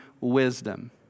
wisdom